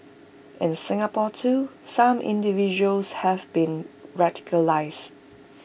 in Singapore too some individuals have been radicalised